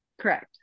Correct